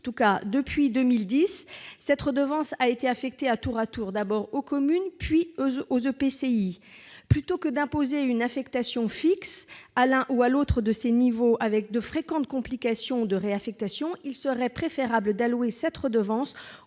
la compétence. Depuis 2010, cette redevance a été affectée tour à tour aux communes puis aux EPCI. Plutôt que d'imposer une affectation fixe à l'un ou à l'autre de ces niveaux avec de fréquentes complications de réaffectation, il serait préférable d'allouer cette redevance